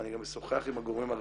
ואני גם אשוחח עם הגורמים הרלוונטיים,